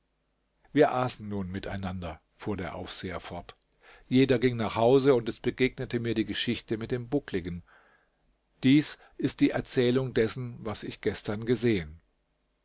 wir aßen nun miteinander fuhr der aufseher fort jeder ging nach hause und es begegnete mir die geschichte mit dem buckligen dies ist die erzählung dessen was ich gestern gesehen